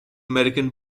american